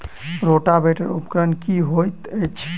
Rotavator उपकरण की हएत अछि?